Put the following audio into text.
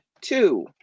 two